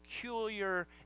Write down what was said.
peculiar